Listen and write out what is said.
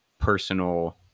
personal